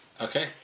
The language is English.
Okay